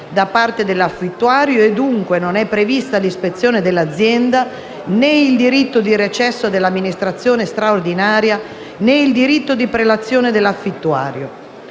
da parte dell'affittuario; dunque non è prevista l'ispezione dell'azienda, né il diritto di recesso dell'amministrazione straordinaria, né il diritto di prelazione dell'affittuario.